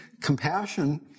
Compassion